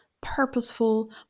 purposeful